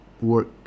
work